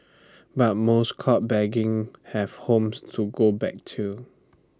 but most caught begging have homes to go back to